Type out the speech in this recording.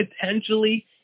potentially